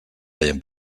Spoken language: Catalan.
feien